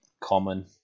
common